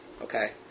Okay